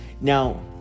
Now